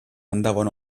andavano